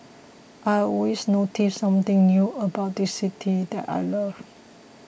I always notice something new about this city that I love